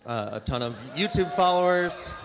a ton of youtube followers.